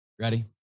ready